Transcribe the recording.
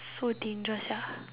so dangerous ah